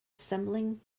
assembling